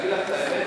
להגיד לך את האמת?